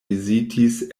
vizitis